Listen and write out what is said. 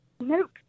Nope